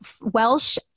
welsh